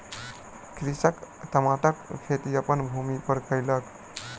कृषक टमाटरक खेती अपन भूमि पर कयलक